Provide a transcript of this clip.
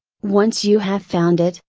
once you have found it,